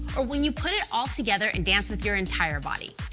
or when you put it all together and dance with your entire body.